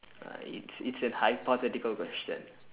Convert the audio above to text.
uh it's it's a hypothetical question